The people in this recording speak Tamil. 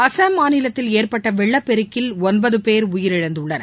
அசாம் மாநிலத்தில் ஏற்பட்ட வெள்ளப்பெருக்கில் ஒன்பது பேர் உயிரிழந்துள்ளனர்